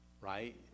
right